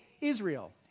Israel